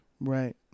Right